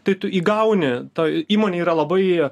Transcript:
tai tu įgauni ta įmonė yra labai